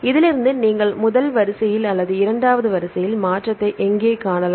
இதிலிருந்து நீங்கள் முதல் வரிசையில் அல்லது இரண்டாவது வரிசையில் மாற்றத்தை எங்கே காணலாம்